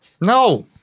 No